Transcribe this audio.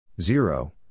Zero